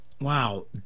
Wow